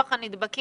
לא יפתחו.